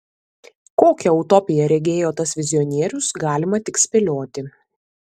kokią utopiją regėjo tas vizionierius galima tik spėlioti